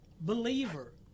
believer